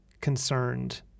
concerned